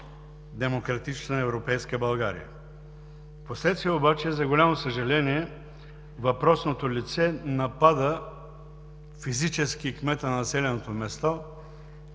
демократична, европейска България! Впоследствие обаче, за голямо съжаление, въпросното лице напада физически кмета на населеното място.